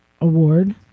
Award